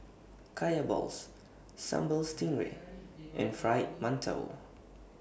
Kaya Balls Sambal Stingray and Fried mantou